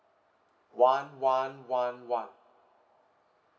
one one one one